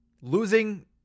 Losing